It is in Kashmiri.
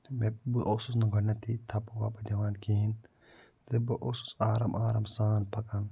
تہٕ مےٚ بہٕ اوسُس نہٕ گۄڈٕنٮ۪تھٕے تھَپہٕ وَپہٕ دِوان کِہیٖنۍ تہِ بہٕ اوسُس آرام آرام سان پَکان